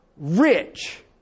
rich